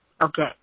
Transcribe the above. Okay